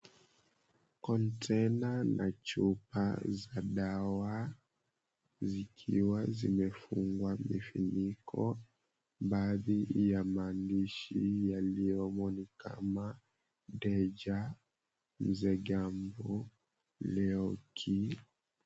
Konteina za chupa za dawa, zikiwa zimefungwa mifuniko. Baadhi ya maandishi yaliyomo ni kama, Deja, Zelamo, Leoki.